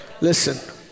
Listen